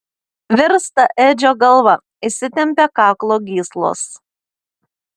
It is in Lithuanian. virsta edžio galva įsitempia kaklo gyslos